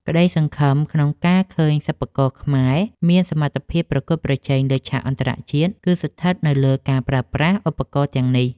ក្តីសង្ឃឹមក្នុងការឃើញសិប្បករខ្មែរមានសមត្ថភាពប្រកួតប្រជែងលើឆាកអន្តរជាតិ គឺស្ថិតនៅលើការប្រើប្រាស់ឧបករណ៍ទាំងនេះ។